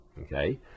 Okay